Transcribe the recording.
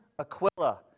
Aquila